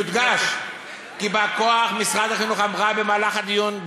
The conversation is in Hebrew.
יודגש כי בא-כוח משרד החינוך אמרה במהלך הדיון,